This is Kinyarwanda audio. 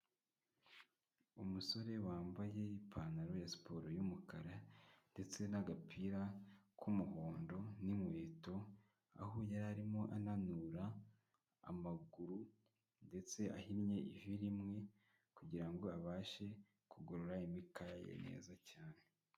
Umusore wambaye ipantaro ya siporo y'umukara ndetse n'agapira k'umuhondo n'inkweto, aho yari arimo ananura amaguru ndetse ahinnye ivi rimwe kugirango abashe kugorora imikaya neza cyane.